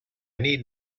need